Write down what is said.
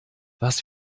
was